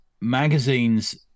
magazine's